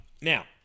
Now